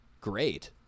great